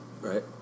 Right